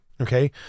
Okay